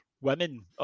women